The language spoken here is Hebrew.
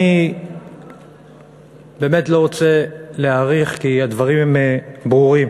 אני באמת לא רוצה להאריך, כי הדברים ברורים,